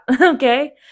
okay